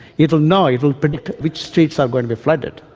it will know, it will predict which streets are going to be flooded.